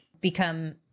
become